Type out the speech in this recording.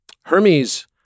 Hermes